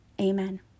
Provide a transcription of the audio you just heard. Amen